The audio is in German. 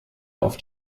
auf